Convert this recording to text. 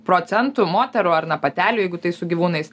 procentų moterų ar na patelių jeigu tai su gyvūnais